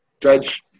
judge